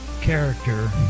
character